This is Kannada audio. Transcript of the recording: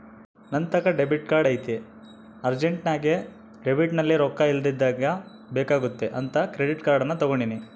ನಂತಾಕ ಡೆಬಿಟ್ ಕಾರ್ಡ್ ಐತೆ ಅರ್ಜೆಂಟ್ನಾಗ ಡೆಬಿಟ್ನಲ್ಲಿ ರೊಕ್ಕ ಇಲ್ಲದಿದ್ದಾಗ ಬೇಕಾಗುತ್ತೆ ಅಂತ ಕ್ರೆಡಿಟ್ ಕಾರ್ಡನ್ನ ತಗಂಡಿನಿ